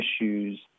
issues